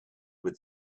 with